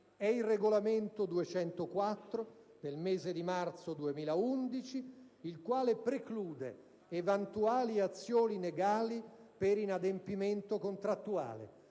È il regolamento n. 204 del marzo 2011, il quale preclude eventuali azioni legali per inadempimento contrattuale.